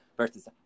versus